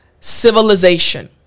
civilization